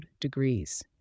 degrees